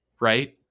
right